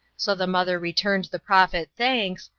so the mother returned the prophet thanks,